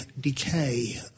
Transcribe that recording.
decay